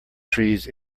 trees